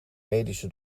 medische